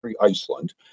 Iceland